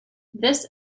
this